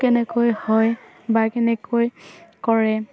কেনেকৈ হয় বা কেনেকৈ কৰে